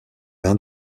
vins